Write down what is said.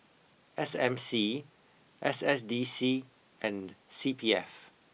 S M C S S D C and C P F